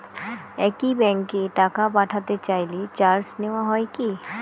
একই ব্যাংকে টাকা পাঠাতে চাইলে চার্জ নেওয়া হয় কি?